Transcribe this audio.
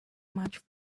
much